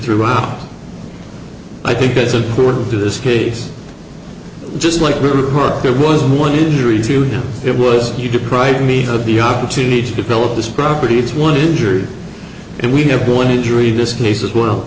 throughout i think as a forward to this case just like her there was one injury to him it was you deprive me of the opportunity to develop this property is one injury and we have one injury in this case as well